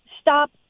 stop